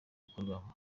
bikorwamo